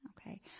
Okay